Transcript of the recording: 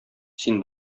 син